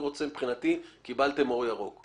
מבחינתי קיבלתם אור ירוק.